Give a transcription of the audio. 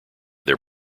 their